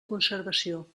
conservació